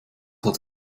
hat